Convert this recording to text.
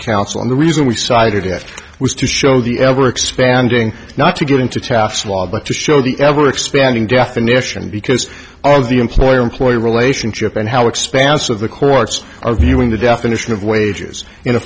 council and the reason we cited it was to show the ever expanding not to get into taft law but to show the ever expanding definition because all of the employer employee relationship and how expansive the courts are viewing the definition of wagers in a